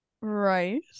Right